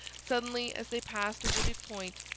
suddenly, as they passed a wooded point,